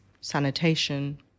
sanitation